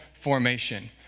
formation